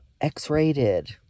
X-rated